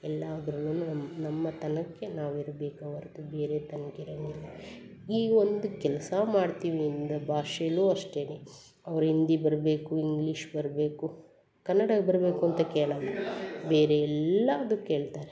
ಎಲ್ಲದ್ರಲ್ಲೂ ನಮ್ಮ ನಮ್ಮ ತನಕ್ಕೆ ನಾವು ಇರಬೇಕೆ ಹೊರ್ತು ಬೇರೆ ತನಿಖೆಲ್ ಏನಿಲ್ಲ ಈ ಒಂದು ಕೆಲಸ ಮಾಡ್ತೀವಿ ಭಾಷೆಲೂ ಅಷ್ಟೇ ಅವ್ರ್ಗೆ ಹಿಂದಿ ಬರಬೇಕು ಇಂಗ್ಲೀಷ್ ಬರಬೇಕು ಕನ್ನಡ ಬರಬೇಕು ಅಂತ ಕೇಳೋದಿಲ್ಲ ಬೇರೆ ಎಲ್ಲದೂ ಕೇಳ್ತಾರೆ